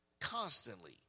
constantly